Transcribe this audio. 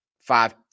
five